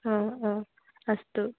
अस्तु